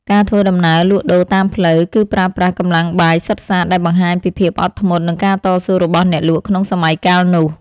ការធ្វើដំណើរលក់ដូរតាមផ្លូវ គឺប្រើប្រាស់កម្លាំងបាយសុទ្ធសាធដែលបង្ហាញពីភាពអត់ធ្មត់និងការតស៊ូរបស់អ្នកលក់ក្នុងសម័យកាលនោះ។